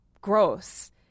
gross